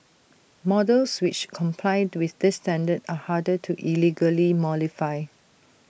models which comply to this standard are harder to illegally modify